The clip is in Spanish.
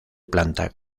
planta